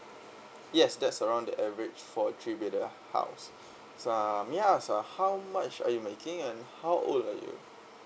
yes that's around the average for a three bedder house so um may I ask ah how much are you making and how old are you